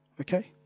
Okay